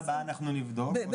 בשנה הבאה אנחנו נבדוק עוד פעם.